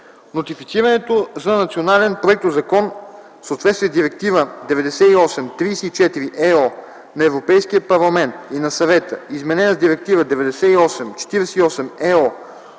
Нотифицирането за национален проектозакон, в съответствие с Директива 98/34/ЕО на Европейския парламент и на Съвета, изменена с Директива 98/48/ЕО,